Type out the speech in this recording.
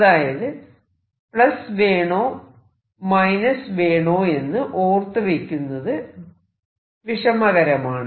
അതായത് വേണോ വേണോയെന്ന് ഓർത്തുവെക്കുന്നത് വിഷമകരമാണ്